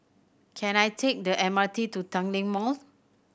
can I take the M R T to Tanglin Mall